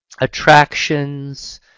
attractions